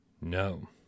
No